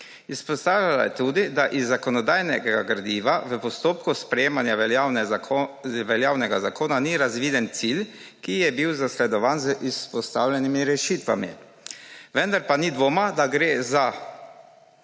Izpostavila je tudi, da iz zakonodajnega gradiva v postopku sprejemanja veljavnega zakona ni razviden cilj, ki je bil zasledovan z izpostavljenimi rešitvami. Vendar pa ni dvoma, da gre pri